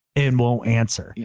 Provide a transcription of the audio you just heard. and we'll answer, yeah